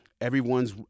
everyone's